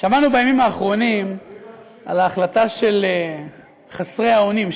שמענו בימים האחרונים על ההחלטה של חסרי האונים,